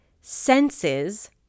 senses